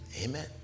Amen